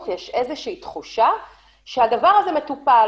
יש איזו שהיא תחושה שהדבר הזה מטופל.